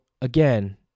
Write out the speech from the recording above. again